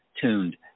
tuned